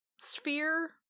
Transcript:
sphere